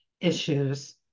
issues